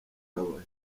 kabaya